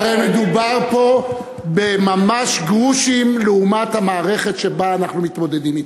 הרי מדובר פה ממש בגרושים לעומת המערכת שאנחנו מתמודדים אתה.